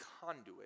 conduit